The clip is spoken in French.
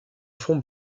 fond